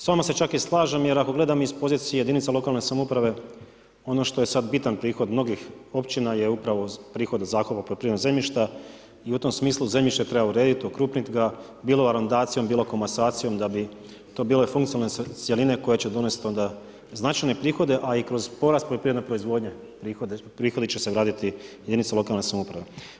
S vama se čak i slažem jer ako gledam iz pozicije jedinica lokalne samouprave ono što je sad bitan prihod mnogih općina je upravo prihod zakupa poljoprivrednog zemljišta i u tom smislu zemljište treba urediti, okrupniti ga bilo arondacijom, bilo komasacijom da bi to bile funkcionalne cjeline koje će donest onda značajne prihode a i kroz porast poljoprivredne proizvodnje prihodi će se vratiti jedinicama lokalne samouprave.